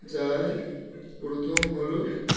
যাই প্রথম হলো